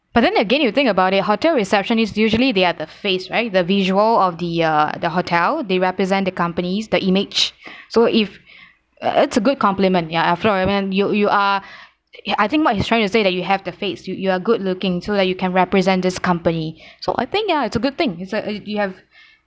but then again you think about it hotel receptionists usually they are the face right the visual of the uh the hotel they represent the company the image so if uh it's a good complement ya after all what I meant you you are ya I think what he's trying to say that you have the face you are good-looking so that you can represent this company so I think ya it's a good thing it's a you have